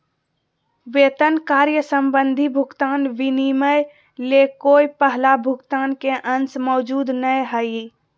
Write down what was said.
वेतन कार्य संबंधी भुगतान विनिमय ले कोय पहला भुगतान के अंश मौजूद नय हइ